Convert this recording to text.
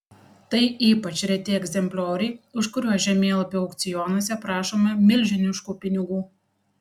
tai ypač reti egzemplioriai už kuriuos žemėlapių aukcionuose prašoma milžiniškų pinigų